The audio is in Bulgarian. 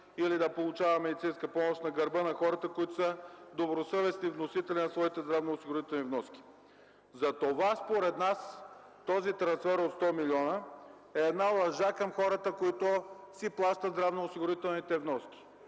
той да получава медицинска помощ на гърба на хората, които са добросъвестни вносители на своите здравноосигурителни вноски?! Затова според нас този трансфер от 100 млн. лв. е лъжа към хората, които си плащат здравноосигурителните вноски.